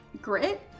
grit